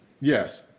Yes